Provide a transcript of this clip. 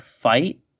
fight